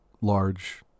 large